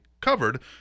covered